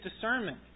discernment